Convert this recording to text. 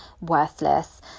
worthless